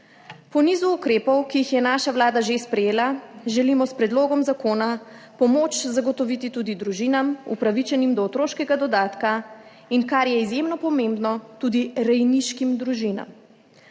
Po nizu ukrepov, ki jih je naša vlada že sprejela, želimo s predlogom zakona pomoč zagotoviti tudi družinam, upravičenim do otroškega dodatka in, kar je izjemno pomembno, tudi rejniškim družinam.